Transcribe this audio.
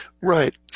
right